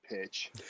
pitch